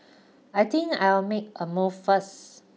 I think I'll make a move first